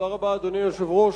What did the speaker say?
אדוני היושב-ראש,